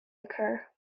occur